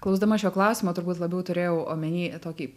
klusdama šio klausimo turbūt labiau turėjau omenyje tokį